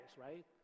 right